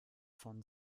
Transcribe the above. von